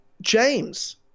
James